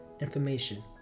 information